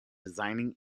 designing